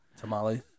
Tamales